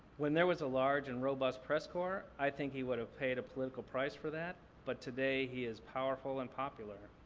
when there was a large and robust press corps, i think he would have paid a political price for that, but today he is powerful and popular.